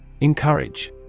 Encourage